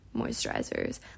moisturizers